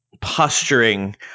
posturing